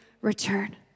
return